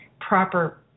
proper